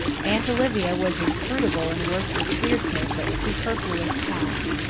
aunt olivia was inscrutable, and worked with fierceness at superfluous tasks.